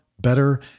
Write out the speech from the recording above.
better